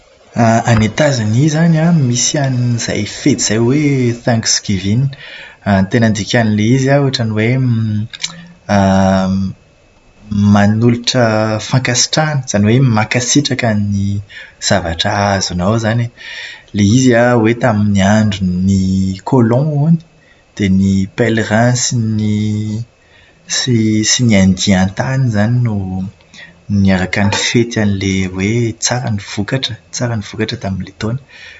Any Etazonia izany an, misy an'izay fety izay hoe "Thanksgiving". Ny tena dikan'ilay izy an, ohatran'ny hoe manolotra fankasitrahana, izany hoe mankasitraka ny zavatra azonao izany e. Ilay izy an, tamin'ny andron'ny "colons" hono, dia ny "pèlerins" sy sy ny indiens tany izany no niaraka nifety an'ilay hoe tsara ny vokatra. Tsara ny vokatra tamin'ilay taona.